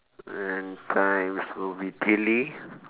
and times will be